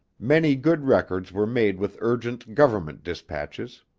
many good records were made with urgent government dispatches.